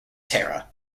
tara